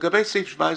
סעיף 17. לגבי סעיף 17